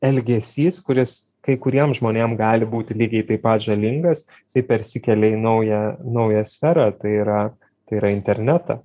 elgesys kuris kai kuriem žmonėm gali būti lygiai taip pat žalingas tai persikelia į naują naują sferą tai yra tai yra internetą